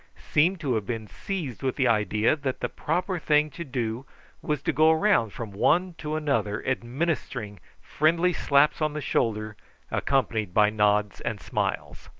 seemed to have been seized with the idea that the proper thing to do was to go round from one to another administering friendly slaps on the shoulder accompanied by nods and smiles.